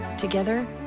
Together